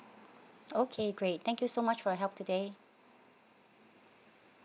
okay great thank you so much for your help today